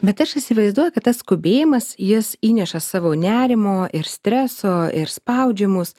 bet aš įsivaizduoju kad tas skubėjimas jis įneša savo nerimo ir streso ir spaudžia mus